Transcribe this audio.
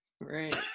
right